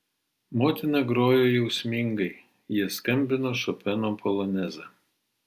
motina grojo jausmingai jie skambino šopeno polonezą